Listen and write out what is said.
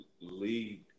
lead